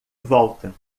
volta